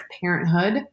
parenthood